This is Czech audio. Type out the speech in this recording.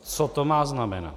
Co to má znamenat?